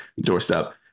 doorstep